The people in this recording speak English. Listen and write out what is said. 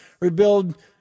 rebuild